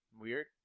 weird